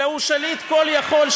אלא הוא שליט כל-יכול,